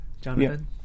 Jonathan